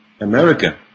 America